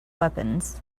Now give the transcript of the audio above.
weapons